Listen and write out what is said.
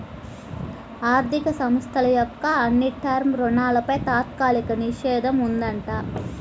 ఆర్ధిక సంస్థల యొక్క అన్ని టర్మ్ రుణాలపై తాత్కాలిక నిషేధం ఉందంట